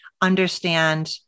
understand